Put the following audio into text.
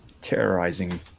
terrorizing